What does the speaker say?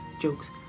jokes